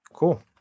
Cool